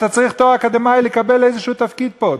אתה צריך תואר אקדמי כדי לקבל איזה תפקיד פה,